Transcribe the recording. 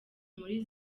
muri